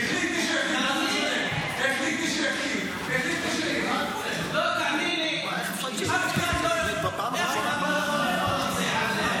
תאמין לי, אף אחד לא יכול לכפות את זה.